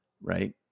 right